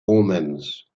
omens